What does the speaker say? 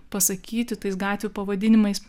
pasakyti tais gatvių pavadinimais